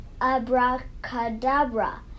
Abracadabra